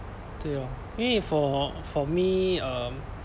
对咯因为 for for me um